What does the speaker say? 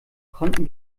konnten